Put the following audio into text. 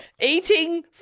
eating